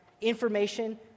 information